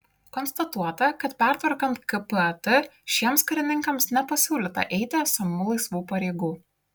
konstatuota kad pertvarkant kpat šiems karininkams nepasiūlyta eiti esamų laisvų pareigų